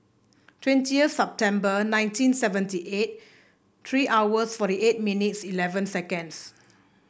twenty September nineteen seventy eight three hours forty eight minutes eleven seconds